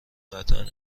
قطعا